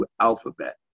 alphabet